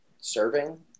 serving